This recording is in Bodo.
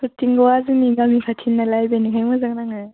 थरथिग'आ जोंनि गामि खाथिनि नालाइ बेनिखायनो मोजां नाङो